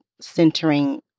centering